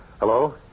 Hello